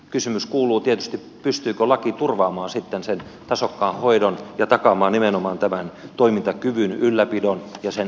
kysymys kuuluu tietysti pystyykö laki turvaamaan sitten sen tasokkaan hoidon ja takaamaan nimenomaan tämän toimintakyvyn ylläpidon ja sen edistämisen